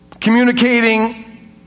communicating